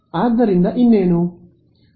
ಆದ್ದರಿಂದ ಇನ್ನೇನು